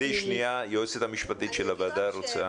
היועצת המשפטית של הוועדה רוצה להתייחס.